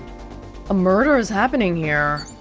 a murder is happening here